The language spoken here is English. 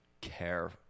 care